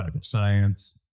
science